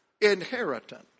inheritance